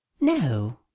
No